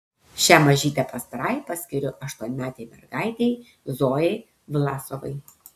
šią mažytę pastraipą skiriu aštuonmetei mergaitei zojai vlasovai